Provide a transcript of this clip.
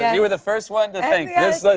you were the first one to think, this